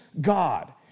God